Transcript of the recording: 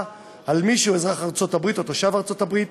על מי שהוא אזרח ארצות-הברית או תושב ארצות-הברית,